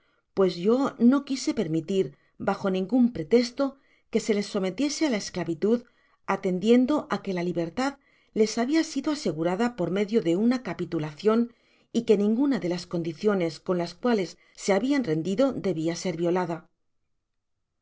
pues yo no quise permitir bajo ningun pretesto que se les sometiese á la esclavitud atendiendo á que la libertad les habia sido asegurada por medio de una capitulacion y que ninguna de las condiciones con las cuales se habian rendido debia ser violada